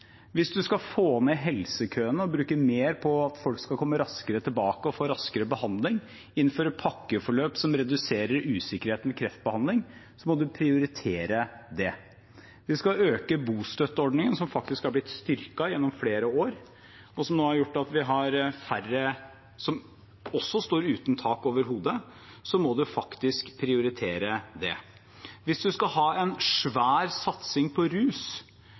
Hvis man skal få ned helsekøene og bruke mer på at folk skal komme raskere tilbake og få raskere behandling, innføre pakkeforløp som reduserer usikkerheten i kreftbehandling, må man prioritere det. Hvis man skal øke bostøtteordningen, som faktisk er blitt styrket gjennom flere år, og som nå har gjort at vi har færre som står uten tak over hodet, må man faktisk prioritere det. Hvis man skal ha en svær satsing på rus